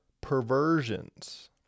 perversions